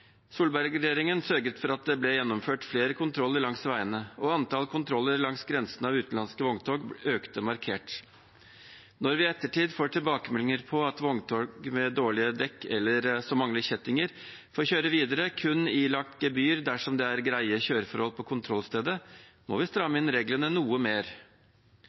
Solberg-regjeringen sørget for at det ble gjennomført flere kontroller langs veiene, og antall kontroller av utenlandske vogntog langs grensene økte markert. Når vi i ettertid får tilbakemeldinger på at vogntog med dårlige dekk eller som mangler kjettinger, får kjøre videre – kun ilagt gebyr dersom det er greie kjøreforhold på kontrollstedet – må vi stramme inn reglene noe mer.